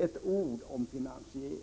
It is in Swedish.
ett ord om finansiering.